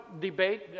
debate